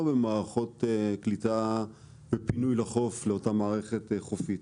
במערכות קליטה ופינוי לחוף לאותה מערכת חופית.